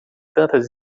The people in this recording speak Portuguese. tantas